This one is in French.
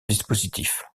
dispositif